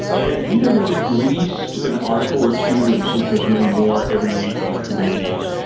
and you know there's at least an article or two and sometimes many more every week on kubernetes,